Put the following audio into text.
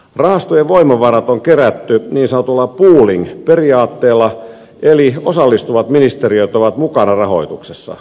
rahastojen voimavarat on kerätty niin sanotulla pooling periaatteella eli osallistuvat ministeriöt ovat mukana rahoituksessa